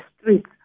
streets